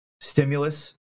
Stimulus